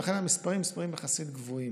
ולכן המספרים הם מספרים יחסית גבוהים.